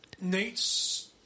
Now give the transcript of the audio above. Nate's